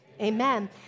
Amen